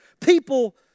people